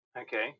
Okay